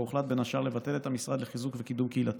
שבה הוחלט בין השאר לבטל את המשרד לחיזוק ולקידום קהילתי,